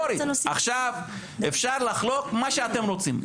עכשיו, אפשר לחלוק מה שאתם רוצים.